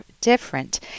different